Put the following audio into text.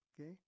okay